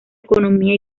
economía